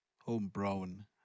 Home-brown